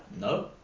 No